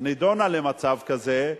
שנידונה למצב כזה,